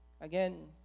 again